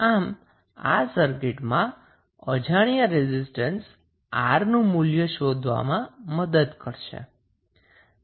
આમ આ સર્કિટમાં અજાણ્યા રેઝિસ્ટન્સ R નું મૂલ્ય શોધવામાં મદદ કરશે